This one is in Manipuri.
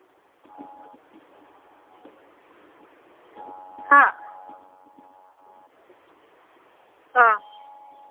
ꯍꯥ ꯑꯥ